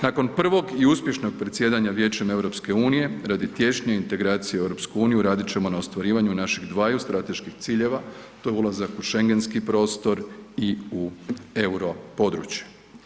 Nakon prvog i uspješnog predsjedanja Vijećem EU radi tiješnje integracije u EU radit ćemo na ostvarivanju naših dvaju strateških ciljeva, to je ulazak u šengenski prostor i u europodručje.